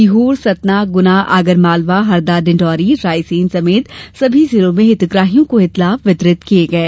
सीहोरसतना गुना हरदा आगरमालवा डिंडौरी रायसेन समेत सभी जिलों में हितग्राहियों को हितलाभ वितरित किये गये